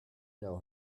know